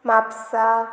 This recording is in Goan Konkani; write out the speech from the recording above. म्हापसा